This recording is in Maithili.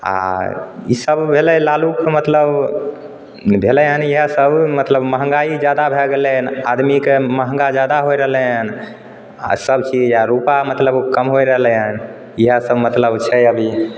आ ई सब भेलै लालु कऽ मतलब ई भेलै हन इहए सब मतलब महँगाइ जादा भए गेलै हन आदमीके महँगा जादा होइ रहलै हन आ सब चीज आ रुपा मतलब कम होइ रहलै हन इहए सब मतलब छै अभी